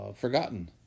forgotten